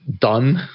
done